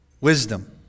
wisdom